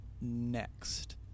next